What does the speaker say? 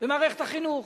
במערכת החינוך,